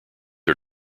are